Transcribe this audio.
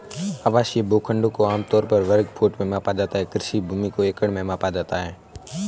आवासीय भूखंडों को आम तौर पर वर्ग फुट में मापा जाता है, कृषि भूमि को एकड़ में मापा जाता है